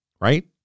right